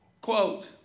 Quote